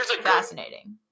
fascinating